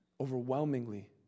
overwhelmingly